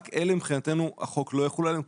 רק אלה מבחינתנו החוק לא יחול עליהם,